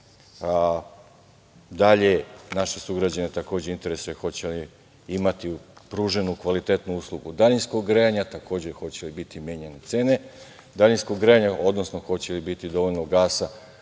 naše sugrađane takođe interesuje hoće li imati pruženu kvalitetnu uslugu daljinskog grejanja, takođe hoće li biti menjane cene daljinskog grejanja, odnosno hoće li biti dovoljno gasa,